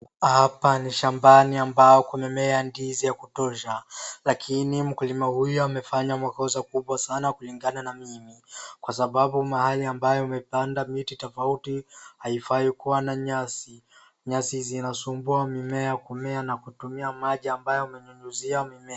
Hapa ni shambani ambapo kumemea ndizi ya kutosha. Lakini mkulima huyu amefanya makosa kubwa sana kulingana na mimi kwa sababu mahali ambaye amepanda miti tofauti haifai kuwa na nyasi. Nyasi zinasumbua mimea kumea na kutumia maji ambayo umenyunyuzia mimea.